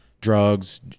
drugs